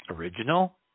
Original